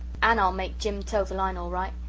and i'll make jim toe the line all right.